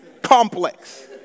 complex